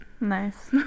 nice